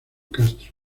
castro